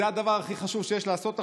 זה הדבר הכי חשוב שיש לעשות עכשיו?